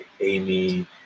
Amy